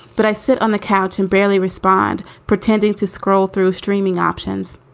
but i sit on the couch and barely respond, pretending to scroll through streaming options.